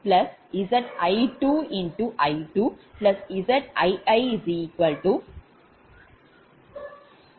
Zjj